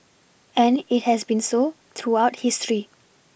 and it has been so throughout history